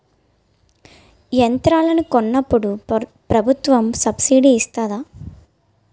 యంత్రాలను కొన్నప్పుడు ప్రభుత్వం సబ్ స్సిడీ ఇస్తాధా?